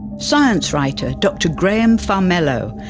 science writer dr graham farmelo,